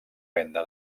venda